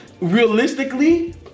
realistically